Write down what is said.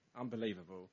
Unbelievable